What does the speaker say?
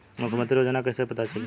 मुख्यमंत्री योजना कइसे पता चली?